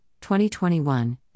2021